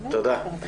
תודה.